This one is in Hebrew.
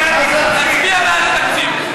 תצביע בעד התקציב.